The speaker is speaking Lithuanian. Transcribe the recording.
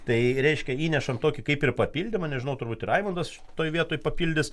tai reiškia įnešam tokį kaip ir papildymą nežinau turbūt raimundas toje vietoj papildys